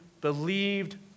believed